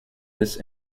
this